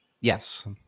Yes